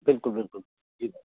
बिल्कुल बिल्कुल जी मैम